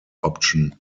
option